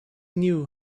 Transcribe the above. knew